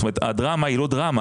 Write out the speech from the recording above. זאת אומרת הדרמה היא לא דרמה,